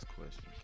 question